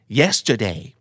yesterday